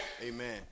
Amen